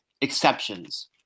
exceptions